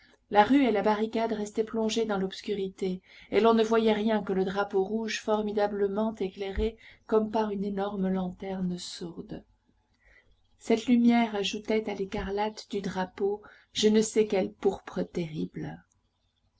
la rue et la barricade restaient plongées dans l'obscurité et l'on ne voyait rien que le drapeau rouge formidablement éclairé comme par une énorme lanterne sourde cette lumière ajoutait à l'écarlate du drapeau je ne sais quelle pourpre terrible